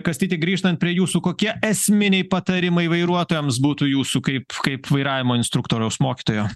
kastyti grįžtant prie jūsų kokie esminiai patarimai vairuotojams būtų jūsų kaip kaip vairavimo instruktoriaus mokytojo